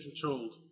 controlled